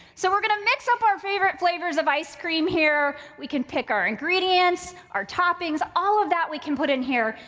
so we're gonna mix-up our favorite flavors of ice cream here. we can pick our ingredients, our toppings, all of that we can put in here.